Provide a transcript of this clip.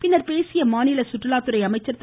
பின்னர் பேசிய மாநில சுற்றுலாத்துறை அமைச்சர் திரு